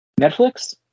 Netflix